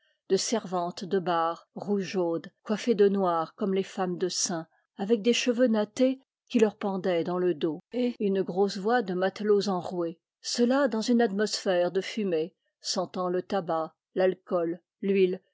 de servantes de bars rougeaudes coiffées de noir comme les femmes de sein avec des cheveux nattés qui leur pendaient dans le dos et une grosse voix de matelots enroués cela dans une atmosphère de fumée sentant le tabac l'alcool l'huile